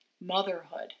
motherhood